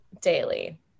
daily